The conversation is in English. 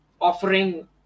offering